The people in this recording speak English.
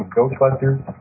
Ghostbusters